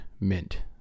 mint